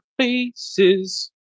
faces